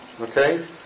Okay